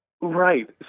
Right